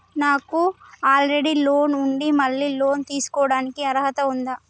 నాకు already loan ఉండి మళ్ళీ లోన్ తీసుకోవడానికి అర్హత ఉందా?